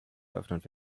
eröffnet